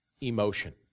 emotion